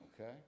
okay